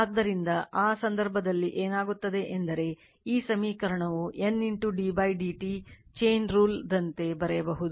ಆದ್ದರಿಂದ ಆ ಸಂದರ್ಭದಲ್ಲಿ ಏನಾಗುತ್ತದೆ ಎಂದರೆ ಈ ಸಮೀಕರಣವು N d d t chain rule ದಂತೆ ಬರೆಯಬಹುದು